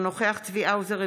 אינו נוכח צבי האוזר,